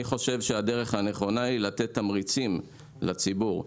אני חושב שהדרך הנכונה היא לתת תמריצים לציבור.